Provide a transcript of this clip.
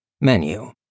Menu